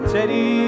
Teddy